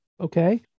okay